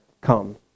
come